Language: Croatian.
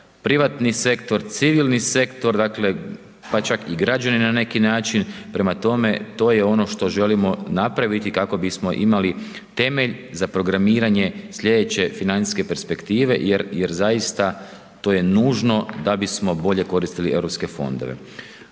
privatni sektor, civilni sektor, dakle pa čak i građani na neki način, prema tome, to je ono što želimo napraviti kako bismo imali temelje za programiranje slijedeće financijske perspektive jer zaista to je nužno da bismo bolje koristili europske fondove.